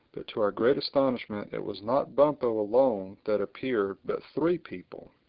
but to our great astonishment it was not bumpo alone that appeared but three people.